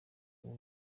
ubu